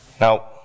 Now